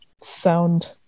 sound